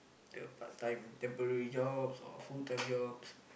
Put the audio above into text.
the part-time temporary job or full time jobs